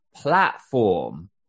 platform